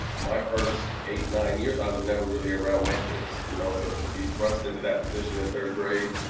my first eight, nine years, i was never really around white kids, you know? so to be thrust into that position in third grade